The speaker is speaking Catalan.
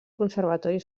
conservatori